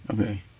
Okay